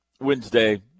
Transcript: Wednesday